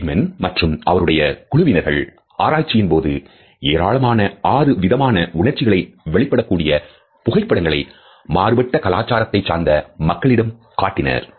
Paul Ekman மற்றும் அவருடைய குழுவினர்கள் ஆராய்ச்சியின் போது ஏராளமான ஆறு விதமான உணர்ச்சிகளை வெளிப்படுத்தக்கூடிய புகைப்படங்களை மாறுபட்ட கலாச்சாரத்தைச் சார்ந்த மக்களிடம் காட்டினர்